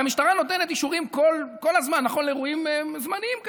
הרי המשטרה נותנת אישורים כל הזמן לאירועים זמניים כאלה,